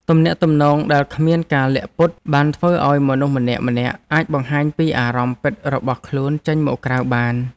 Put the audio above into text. ទំនាក់ទំនងដែលគ្មានការលាក់ពុត បានធ្វើឱ្យមនុស្សម្នាក់ៗអាចបង្ហាញពីអារម្មណ៍ពិតរបស់ខ្លួនចេញមកក្រៅបាន។